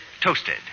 toasted